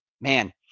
man